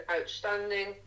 outstanding